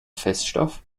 feststoff